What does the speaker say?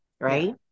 right